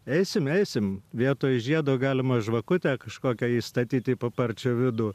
eisim eisim vietoj žiedo galima žvakutę kažkokią įstatyti į paparčio vidų